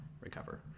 recover